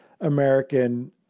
American